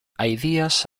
ideas